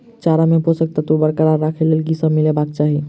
चारा मे पोसक तत्व बरकरार राखै लेल की सब मिलेबाक चाहि?